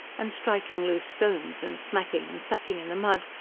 and striking loose stones, and smacking and sucking in the mud,